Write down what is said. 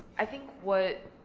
i think what,